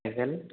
cycle